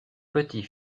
petit